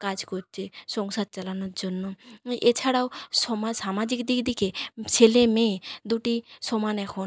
কাজ করছে সংসার চালানোর জন্য এছাড়াও সমাজ সামাজিক দিক দিকে ছেলেমেয়ে দুটি সমান এখন